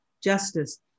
justice